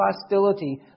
hostility